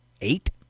Eight